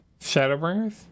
Shadowbringers